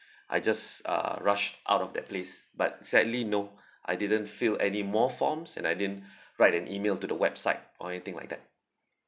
I just uh rushed out of that place but sadly no I didn't fill any more forms and I didn't write an email to the website or anything like that